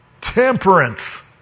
temperance